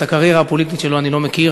את הקריירה הפוליטית שלו אני לא מכיר,